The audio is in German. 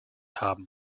haben